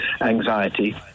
anxiety